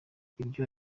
ibyo